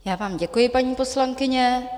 Já vám děkuji, paní poslankyně.